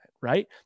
Right